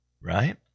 right